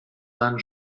seinen